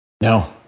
No